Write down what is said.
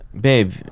babe